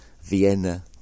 Vienna